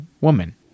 woman